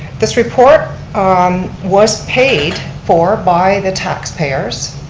this report um was paid for by the tax payers,